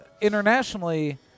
internationally